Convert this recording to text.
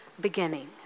beginning